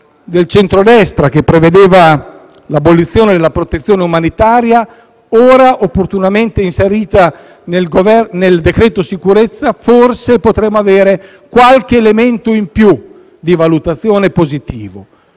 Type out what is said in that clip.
del centrodestra che prevedeva l'abolizione della protezione umanitaria, ora opportunamente inserita nel cosiddetto decreto sicurezza, forse potremo avere qualche elemento in più di valutazione positiva.